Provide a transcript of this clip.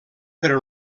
per